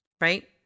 right